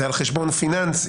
זה על חשבון פיננסי.